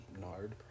Nard